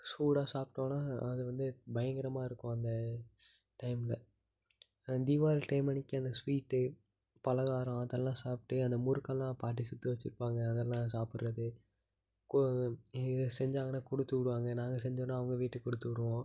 சூடாக சாப்பிட்டோன்னா அது வந்து பயங்கரமாக இருக்கும் அந்த டைம்மில தீவாளி டைம் அன்னிக்கு அந்த ஸ்வீட்டு பலகாரம் அதெல்லாம் சாப்பிட்டு அந்த முறுக்கெல்லாம் பாட்டி சுட்டு வச்சிருப்பாங்க அதெல்லாம் சாப்பிட்றது கொ எ செஞ்சாங்கன்னாக் கொடுத்து விடுவாங்க நாங்கள் செஞ்சோன்னா அவங்க வீட்டுக்குக் கொடுத்து விடுவோம்